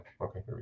okay